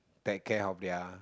take care of their